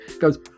goes